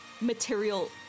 material